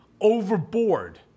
overboard